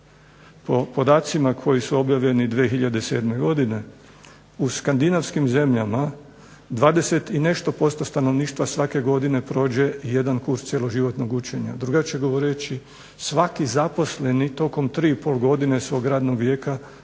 po podacima koji su objavljeni 2007. godine u Skandinavskim zemljama 20 i nešto posto stanovništva svake godine prođe jedan kurs cjeloživotnog učenja, drugačije govoreći svaki zaposleni tokom 3,5 godine svog radnog vijeka